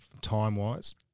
time-wise